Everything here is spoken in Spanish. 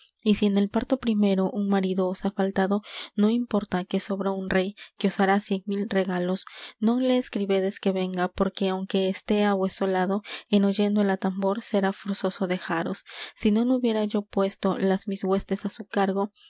y si en el parto primero un marido os ha faltado no importa que sobra un rey que os hará cien mil regalos non le escribedes que venga porque aunque esté á vueso lado en oyendo el atambor será forzoso dejaros si non hubiera yo puesto las mis huestes á su cargo